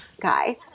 guy